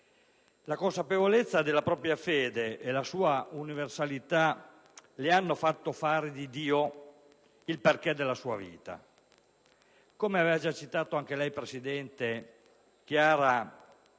La consapevolezza della propria fede e la sua universalità, le hanno fatto fare di Dio il perché della sua vita. Come aveva già citato anche lei, Presidente, Chiara negli